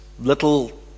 little